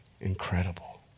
incredible